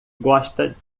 gosta